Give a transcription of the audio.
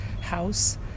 house